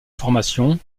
formation